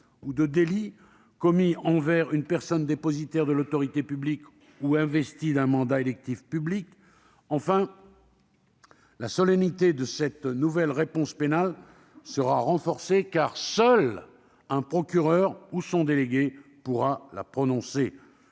et de délits commis contre une personne dépositaire de l'autorité publique ou investie d'un mandat électif public. Enfin, la solennité de cette nouvelle réponse pénale sera renforcée, car seul un procureur ou son délégué pourra la prononcer.